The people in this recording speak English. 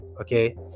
Okay